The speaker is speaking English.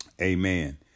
Amen